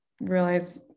realize